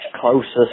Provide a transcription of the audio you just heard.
closest